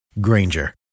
Granger